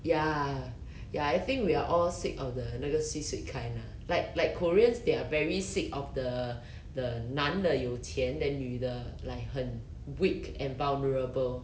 ya ya I think we are all sick of the 那个 sweet sweet kind lah like like koreans they are very sick of the the 男的有钱 then 女的 like 很 weak and vulnerable